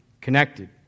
connected